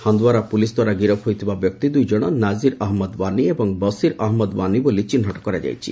Handwara police ଦ୍ୱାରା ଗିରଫ ହୋଇଥିବା ବ୍ୟକ୍ତି ଦୁଇଜଣ ନାଜିର ଅହନ୍ମଦ ଓ୍ୱାନି ଏବଂ ବସିର ଅହମ୍ମଦ ୱାନି ବୋଲି ଚିହ୍ନଟ କରାଯାଇଛି